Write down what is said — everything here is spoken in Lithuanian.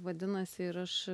vadinasi ir aš